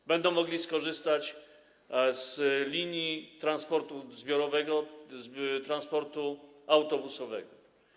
Że będą mogli skorzystać z linii transportu zbiorowego, transportu autobusowego.